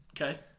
Okay